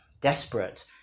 desperate